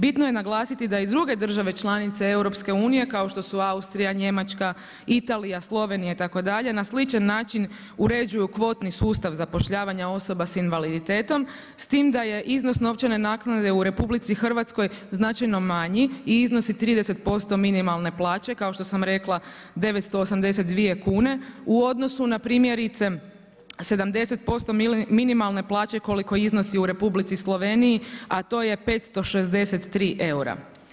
Bitno je naglasiti da i druge države članice EU, kao što su Austrija, Njemačka, Istalija, Slovenija itd., na sličan način uređuju kvotni sustav zapošljavanja osoba sa invaliditetom s time da je iznos novčane naknade u RH značajno manji i iznosi 30% minimalne plaće, kao što sam rekla 982 kune u odnosu na primjerice 70% minimalne plaće koliko iznosi u Republici Sloveniji a to je 563 eura.